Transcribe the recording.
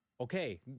okay